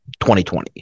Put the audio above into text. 2020